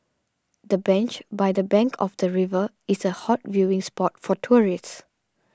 the bench by the bank of the river is a hot viewing spot for tourists